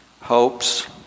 hopes